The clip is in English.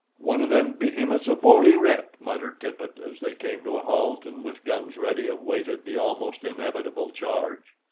one of them behemoths of oly writ, muttered tippet as they came to a halt and with guns ready awaited the almost inevitable charge.